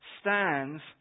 stands